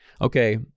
okay